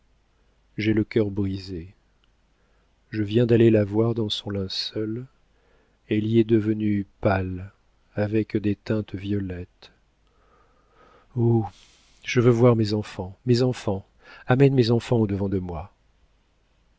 j'ai le cœur brisé je viens d'aller la voir dans son linceul elle y est devenue pâle avec des teintes violettes oh je veux voir mes enfants mes enfants amène mes enfants au-devant de moi